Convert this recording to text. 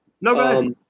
No